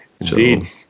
Indeed